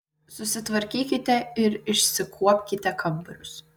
susitvarkykite ir išsikuopkite kambarius